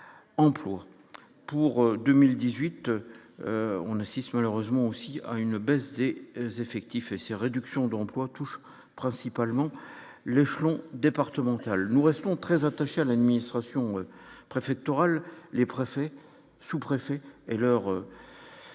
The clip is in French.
emplois pour 2018 on assiste malheureusement aussi à une baisse dès ses effectifs et ces réductions d'emploi toucheront principalement le Chlons départementale, nous restons très attachés à l'administration préfectorale, les préfets, sous-préfets et leurs services